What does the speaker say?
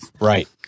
Right